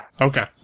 Okay